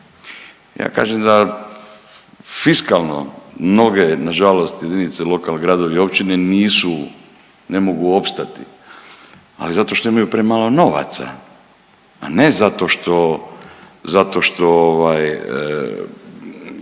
Ja kažem da fiskalno mnoge na žalost jedinice lokalne, gradovi i općine nisu, ne mogu opstati ali zato što imaju premalo novaca, a ne zato što